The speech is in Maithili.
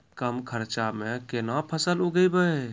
कम खर्चा म केना फसल उगैबै?